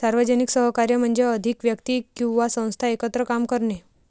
सार्वजनिक सहकार्य म्हणजे अधिक व्यक्ती किंवा संस्था एकत्र काम करणे